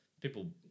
people